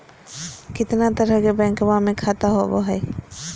कितना तरह के बैंकवा में खाता होव हई?